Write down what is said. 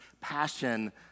passion